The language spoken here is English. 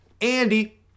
Andy